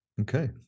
Okay